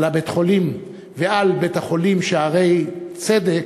על בית-החולים הזה ועל בית-החולים "שערי-צדק",